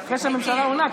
הממשלה עונה.